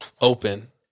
Open